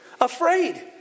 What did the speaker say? afraid